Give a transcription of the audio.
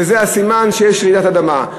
וזה הסימן שיש רעידת אדמה.